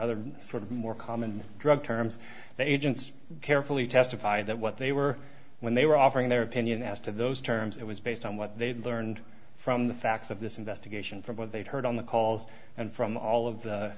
other sort of more common drug terms that agents carefully testify that what they were when they were offering their opinion as to those terms it was based on what they learned from the facts of this investigation from what they've heard on the calls and from all of the